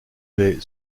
baie